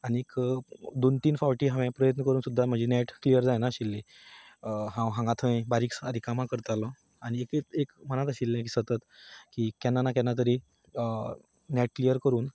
दोन तीन फावटी हांवें प्रयत्न करून सुद्दां म्हजें नॅट क्लियर जायना आशिल्लें हांव हांगा थंय बारीक सारीक कामां करतालो एक मनांत आशिल्लें एक सतत की केन्ना ना केन्ना तरी नॅट क्लियर करून